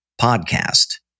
podcast